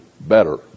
better